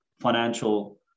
financial